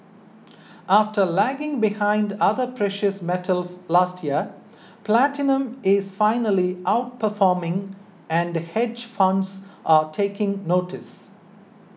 after lagging behind other precious metals last year platinum is finally outperforming and hedge funds are taking notice